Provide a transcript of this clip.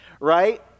Right